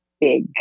big